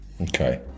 okay